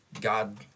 God